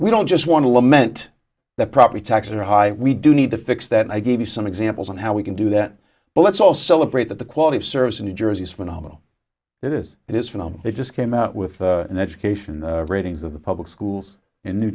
we don't just want to lament that property taxes are high we do need to fix that and i gave you some examples on how we can do that but let's all celebrate that the quality of service in new jersey is phenomenal that is it is for them they just came out with an education in the ratings of the public schools in new